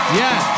yes